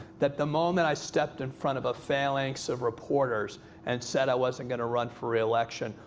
that the moment i stepped in front of a phalanx of reporters and said i wasn't going to run for reelection,